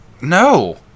No